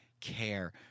care